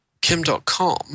kim.com